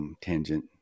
tangent